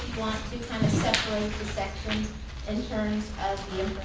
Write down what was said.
want to kind of separate the sections in terms of